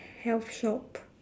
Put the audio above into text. health shop